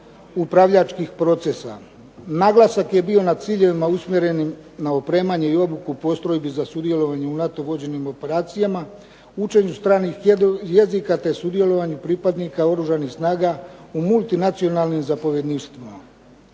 upravljačkih procesa. Naglasak je bio na ciljevima usmjerenim na opremanje i obuku postrojbi za sudjelovanje u NATO vođenim operacijama, učenju stranih jezika, te sudjelovanju pripadnika Oružanih snaga u multinacionalnim zapovjedništvima.